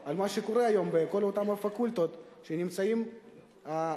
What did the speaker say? יפקחו על מה שקורה היום בכל אותן הפקולטות שנמצאים בהן